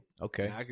Okay